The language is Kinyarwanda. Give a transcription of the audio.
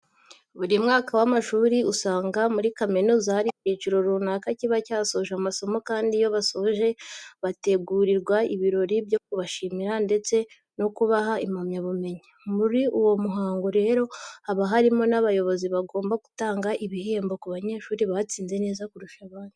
Buri mwaka w'amashuri usanga muri kaminuza hari icyiciro runaka kiba cyasoje masomo kandi iyo bayasoje babategurira ibirori byo kubashimira ndetse no kubaha impamyabumenyi. Muri uwo muhango rero haba harimo n'abayobozi bagomba gutanga ibihembo ku banyeshuri batsinze neza kurusha abandi.